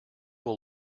will